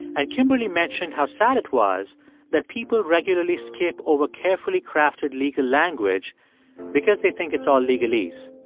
and kimberly mentioned how sad it was that people regularly skip over carefully crafted legal language because they think it's all legalese.